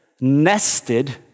nested